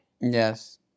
yes